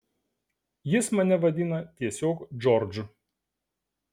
jis mane vadina tiesiog džordžu